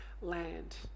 land